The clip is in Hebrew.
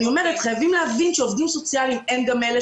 צריך להבין שהעובדים הסוציאליים הם אלה